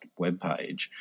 webpage